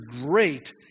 great